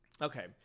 Okay